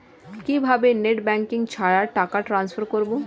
কিভাবে net banking ছাড়া টাকা টান্সফার করব?